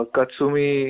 Katsumi